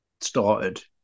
started